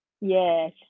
Yes